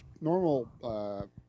normal